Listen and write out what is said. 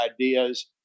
ideas